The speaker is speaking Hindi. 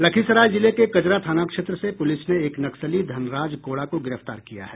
लखीसराय जिले के कजरा थाना क्षेत्र से पुलिस ने एक नक्सली धनराज कोड़ा को गिरफ्तार किया है